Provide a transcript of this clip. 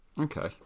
Okay